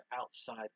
outside